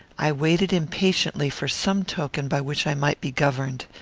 i waited impatiently for some token by which i might be governed.